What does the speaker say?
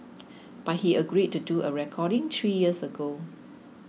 but he agreed to do a recording three years ago